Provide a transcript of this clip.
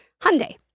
Hyundai